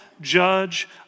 judge